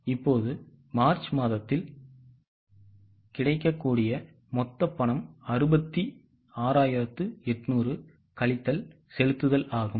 இப்போது மார்ச் மாதத்தில் கிடைக்கக்கூடிய மொத்த பணம் 66800 கழித்தல் செலுத்தல் ஆகும்